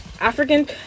African